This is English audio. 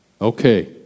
okay